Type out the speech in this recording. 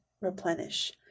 replenish